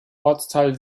ortsteil